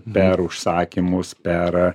per užsakymus per